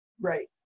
Right